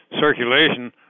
circulation